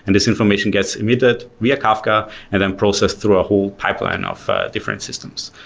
and this information gets emitted via kafka and then processed through a whole pipeline of different systems,